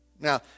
Now